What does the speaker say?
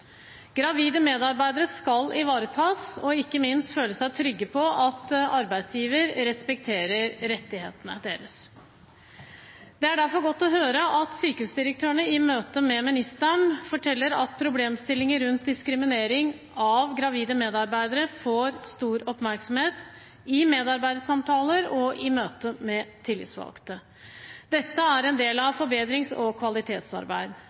Gravide medarbeidere skal ivaretas og ikke minst føle seg trygge på at arbeidsgiver respekterer rettighetene deres. Det er derfor godt å høre at sykehusdirektørene i møte med ministeren forteller at problemstillinger rundt diskriminering av gravide medarbeidere får stor oppmerksomhet i medarbeidersamtaler og i møte med tillitsvalgte. Dette er en del av forbedrings- og